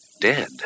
Dead